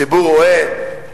הציבור רואה,